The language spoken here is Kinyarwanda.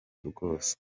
rwose